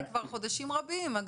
זה כבר חודשים רבים.